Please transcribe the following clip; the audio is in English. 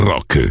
Rock